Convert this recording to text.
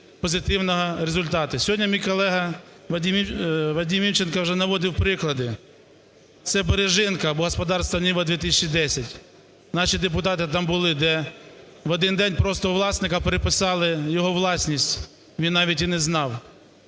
позитивного результату. Сьогодні мій колега Вадим Івченко вже наводив приклади – це Бережинка або господарство "Нива-2010". Наші депутати там були, де в один день власника переписали його власність, він навіть і не знав.